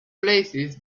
places